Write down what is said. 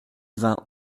vingt